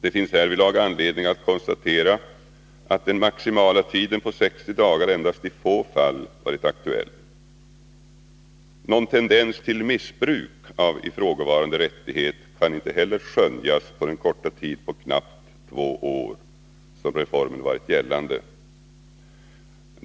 Det finns härvidlag anledning att konstatera att den maximala tiden på 60 dagar endast i få fall varit aktuell. Någon tendens till missbruk av ifrågavarande rättighet har inte heller kunnat skönjas under den korta tid på knappt två år som reformen varit gällande.